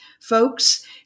folks